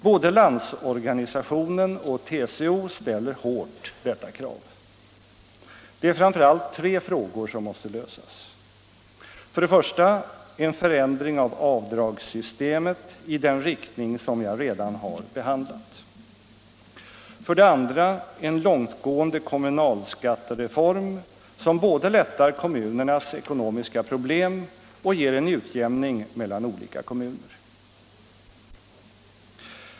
Både Landsorganisationen och TCO ställer hårt detta krav. Det är framför allt tre frågor som måste lösas: För det första frågan om en förändring av avdragssystemet i den riktning som jag här har angivit. För det andra frågan om en långtgående kommunalskattereform, som både lättar kommunernas ekonomiska problem och ger en utjämning mellan olika kommuner.